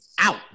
out